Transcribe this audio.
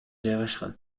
жайгашкан